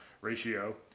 ratio